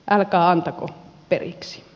älkää antako periksi